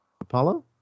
Apollo